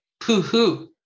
poo-hoo